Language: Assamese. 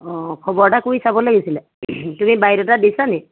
অঁ খবৰ এটা কৰি চাব লাগিছিলে তুমি বায়'ডাটা দিছা নি